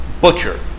Butcher